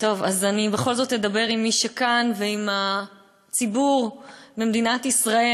אז אני בכל זאת אדבר עם מי שכאן ועם הציבור במדינת ישראל,